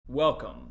Welcome